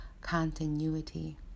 continuity